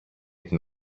την